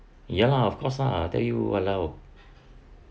ya lah of course lah I tell you !walao!